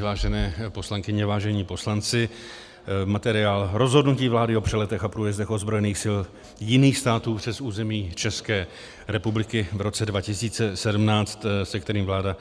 Vážené poslankyně, vážení poslanci, materiál Rozhodnutí vlády o přeletech a průjezdech ozbrojených sil jiných států přes území České republiky v roce 2017, se kterým vláda